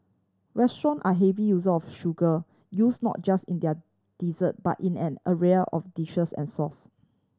restaurant are heavy user of sugar use not just in their dessert but in an array of dishes and sauce